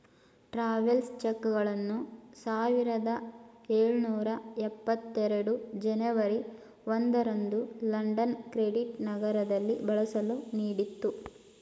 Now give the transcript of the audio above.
travels ಚೆಕ್ಗಳನ್ನು ಸಾವಿರದ ಎಳುನೂರ ಎಪ್ಪತ್ತ ಎರಡು ಜನವರಿ ಒಂದು ರಂದು ಲಂಡನ್ ಕ್ರೆಡಿಟ್ ನಗರದಲ್ಲಿ ಬಳಸಲು ನೀಡಿತ್ತು